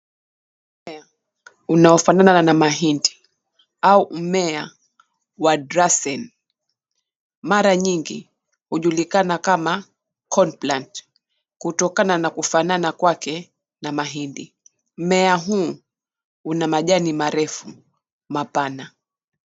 Mmea unaofanana na mahindi, au mmea wa drassen. Mara nyingi, hujulikana kama corn plant kutokana na kufanana kwake na mahindi. Mmea huu una majani marefu mapana.